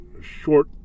short